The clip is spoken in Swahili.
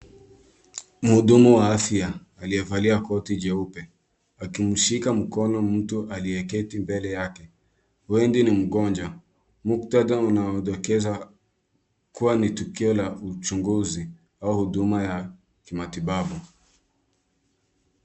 Mhudumu wa afya aliyevalia koti jeupe akimshika mkono mtu aliyeketi mbele yake. Huenda ni mgonjwa. Mukthadha unadokeza kuwa ni tukio la uchunguzi au huduma ya kimatibabu.